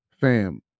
fam